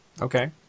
Okay